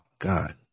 God